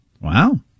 Wow